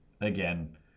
again